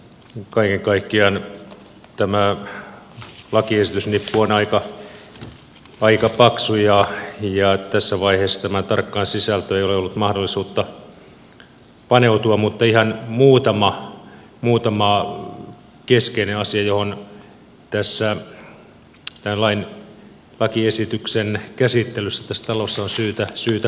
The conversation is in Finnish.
kaiken kaikkiaan tämä lakiesitysnippu on aika paksu ja tässä vaiheessa tämän tarkkaan sisältöön ei ole ollut mahdollisuutta paneutua mutta ihan muutama keskeinen asia joihin tämän lakiesityksen käsittelyssä tässä talossa on syytä puuttua